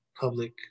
public